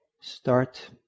start